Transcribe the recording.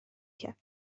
کرد